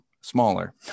smaller